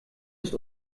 ist